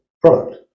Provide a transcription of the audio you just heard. product